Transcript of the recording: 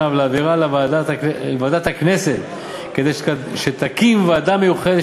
ולהעבירה לוועדת הכנסת כדי שתקים ועדה מיוחדת